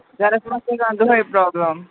گَرَس منٛز چھےٚ گژھن دۄہَے پرٛابلِم